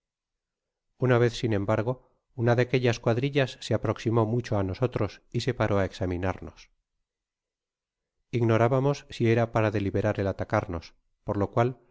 una vez sin embargo una de aquellas cuadrillas se aproximó mucho á nosotros y se paró á examinarnos ignorábamos si era para deliberar el atacarnos por lo cual